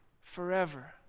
forever